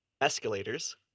escalators